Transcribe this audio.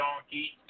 donkey